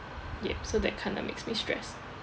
ya so that kind of makes me stress